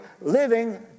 living